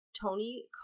Tony